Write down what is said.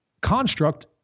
construct